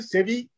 Sevi